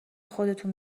خودتون